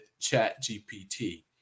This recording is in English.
ChatGPT